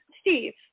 Steve